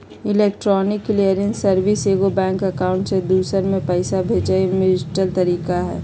electronic clearing service एगो bank account से दूसर में पैसा भेजय के डिजिटल तरीका हइ